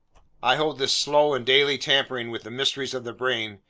i hold this slow and daily tampering with the mysteries of the brain,